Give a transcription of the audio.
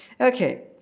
Okay